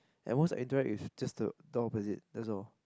at most I dread is just the door opposite that's all